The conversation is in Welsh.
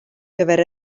gyfer